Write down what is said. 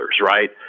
right